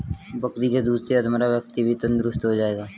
बकरी के दूध से अधमरा व्यक्ति भी तंदुरुस्त हो जाएगा